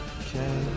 Okay